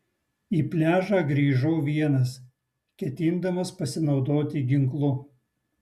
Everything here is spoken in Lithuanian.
į pliažą grįžau vienas ketindamas pasinaudoti ginklu